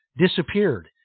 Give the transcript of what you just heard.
disappeared